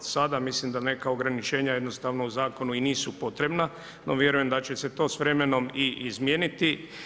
Sada mislim da neka ograničenja jednostavno u zakonu i nisu potrebna, no vjerujem da će se to s vremenom i izmijeniti.